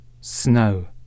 snow